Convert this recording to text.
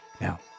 Now